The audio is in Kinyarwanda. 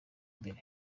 imbere